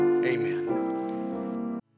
Amen